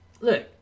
Look